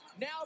Now